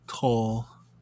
tall